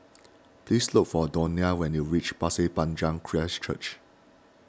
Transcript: please look for Donia when you reach Pasir Panjang Christ Church